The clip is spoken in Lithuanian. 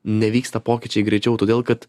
nevyksta pokyčiai greičiau todėl kad